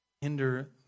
hinder